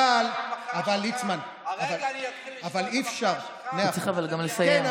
ברגע שאני מתחיל לשמוע, אתה צריך לסיים.